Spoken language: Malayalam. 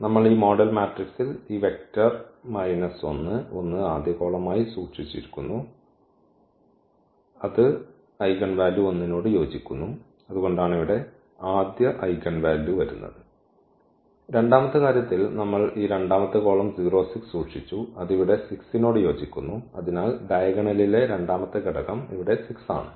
നമ്മൾ ഈ മോഡൽ മാട്രിക്സിൽ ഈ വെക്റ്റർ മൈനസ് 1 1 ആദ്യ കോളം ആയി സൂക്ഷിച്ചിരിക്കുന്നു അത് ഐഗൻവാലു 1 നോട് യോജിക്കുന്നു അതുകൊണ്ടാണ് ഇവിടെ ഈ ആദ്യ ഐഗൻവാല്യൂ വരുന്നത് രണ്ടാമത്തെ കാര്യത്തിൽ നമ്മൾ ഈ രണ്ടാമത്തെ കോളം 0 6 സൂക്ഷിച്ചു അത് ഇവിടെ 6 നോട് യോജിക്കുന്നു അതിനാൽ ഡയഗണലിലെ രണ്ടാമത്തെ ഘടകം ഇവിടെ 6 ആണ്